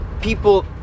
people